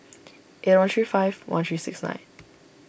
eight one three five one three six nine